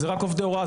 זה רק עובדי הוראה.